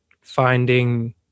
finding